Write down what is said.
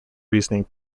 reasoning